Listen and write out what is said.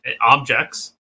objects